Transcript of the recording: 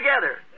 together